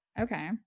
Okay